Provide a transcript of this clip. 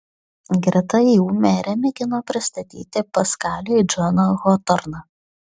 greta jų merė mėgino pristatyti paskaliui džoną hotorną